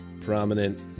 prominent